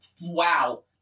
Wow